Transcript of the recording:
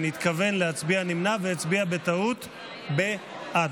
התכוון להצביע נמנע והצביע בטעות בעד.